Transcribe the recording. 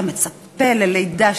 אתה מצפה ללידה,